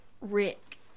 Rick